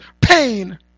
pain